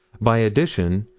by addition,